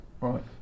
Right